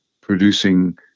producing